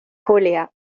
julia